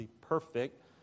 perfect